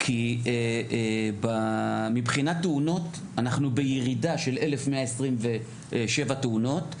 כי מבחינת תאונות אנחנו בירידה של 1127 תאונות,